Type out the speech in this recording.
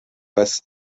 passe